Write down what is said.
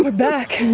but back!